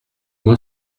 moi